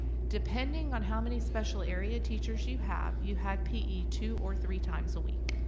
depending on how many special area teachers you have, you had pe two or three times a week.